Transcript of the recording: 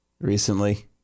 recently